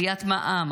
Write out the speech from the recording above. עליית מע"מ,